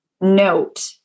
note